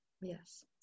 yes